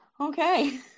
Okay